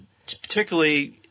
particularly